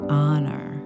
honor